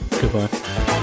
Goodbye